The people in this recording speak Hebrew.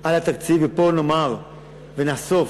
על התקציב, ופה נאמר ונחשוף